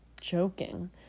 joking